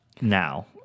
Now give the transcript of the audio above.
now